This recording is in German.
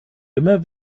immer